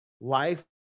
life